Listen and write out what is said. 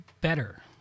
better